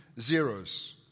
zeros